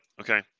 Okay